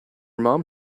mom